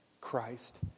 Christ